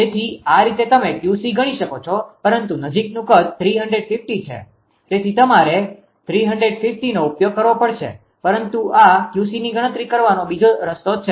તેથી આ રીતે તમે 𝑄𝑐 ગણી શકો છો પરંતુ નજીકનું કદ 350 છે તેથી તમારે 350નો ઉપયોગ કરવો પડશે પરંતુ આ 𝑄𝐶ની ગણતરી કરવાનો બીજો રસ્તો છે